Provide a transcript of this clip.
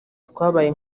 twabaye